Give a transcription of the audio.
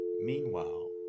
Meanwhile